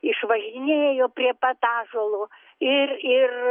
išvažinėjo prie pat ąžuolo ir ir